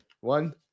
one